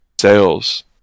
sales